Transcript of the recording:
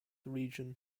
region